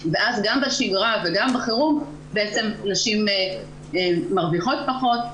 ואז גם בשגרה וגם בחירום נשים מרוויחות פחות,